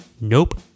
Nope